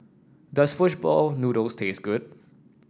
does fish ball noodles taste good